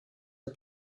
are